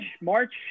March